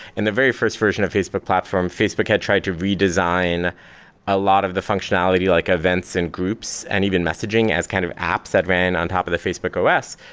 in the very first version of facebook platform, facebook had tried to redesign a lot of the functionality like events and groups and even messaging as kind of apps that ran on top of the facebook os.